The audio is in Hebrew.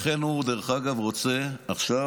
לכן הוא, דרך אגב, רוצה עכשיו,